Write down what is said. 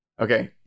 okay